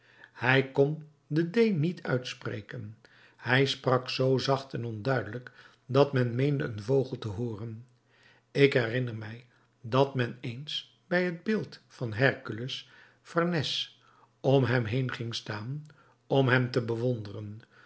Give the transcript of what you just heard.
hij kon de d niet uitspreken hij sprak zoo zacht en onduidelijk dat men meende een vogel te hooren ik herinner mij dat men eens bij het beeld van herkules farnèse om hem heen ging staan om hem te bewonderen